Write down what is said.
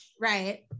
Right